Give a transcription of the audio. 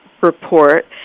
report